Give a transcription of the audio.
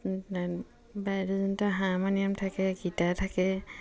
বাদ্য়যন্ত্ৰ harmonium থাকে guitar থাকে